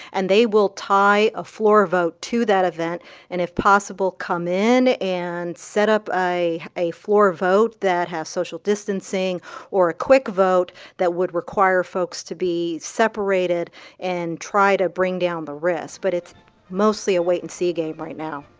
and they will tie a floor vote to that event and, if possible, come in and set up a floor vote that has social distancing or a quick vote that would require folks to be separated and try to bring down the risk. but it's mostly a wait-and-see game right now